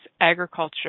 agriculture